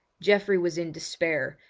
geoffrey was in despair,